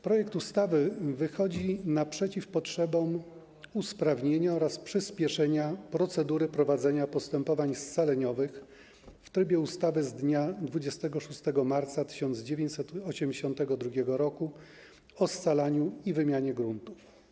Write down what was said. Projekt ustawy wychodzi naprzeciw potrzebom usprawnienia oraz przyspieszenia procedury prowadzenia postępowań scaleniowych w trybie ustawy z dnia 26 marca 1982 r. o scalaniu i wymianie gruntów.